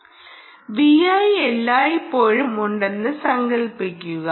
Vi എല്ലായ്പ്പോഴും ഉണ്ടെന്ന് സങ്കൽപ്പിക്കുക